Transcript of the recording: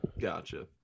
Gotcha